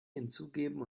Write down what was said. hinzugeben